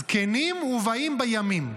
זקנים ובאים בימים,